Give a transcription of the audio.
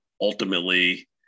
ultimately